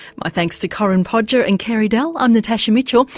my thanks to corinne podger and carey dell, i'm natasha mitchell.